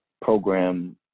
program